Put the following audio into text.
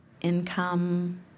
Income